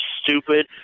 stupid